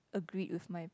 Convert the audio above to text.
agreed with my